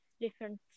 different